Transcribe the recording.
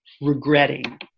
regretting